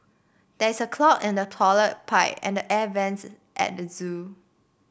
there is a clog in the toilet pipe and the air vents at the zoo